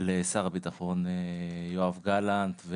לשר הביטחון יואב גלנט,